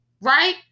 right